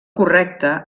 correcte